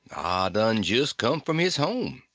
done jes' come from his home,